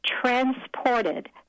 transported